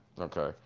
Okay